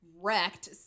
wrecked